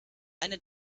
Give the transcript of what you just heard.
eine